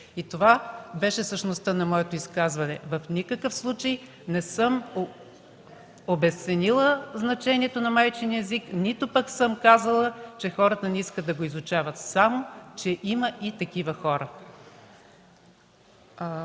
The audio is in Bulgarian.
Това беше същността на моето изказване. В никакъв случай не съм обезценила значението на майчиния език, нито пък съм казала, че хората не искат да го изучават, а само, че има и такива хора.